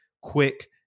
quick